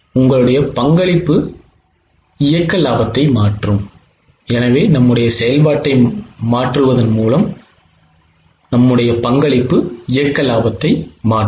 உங்களுடைய பங்களிப்பு இயக்க லாபத்தை மாற்றும்